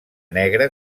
negra